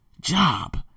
job